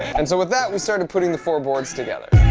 and so with that we started putting the four boards together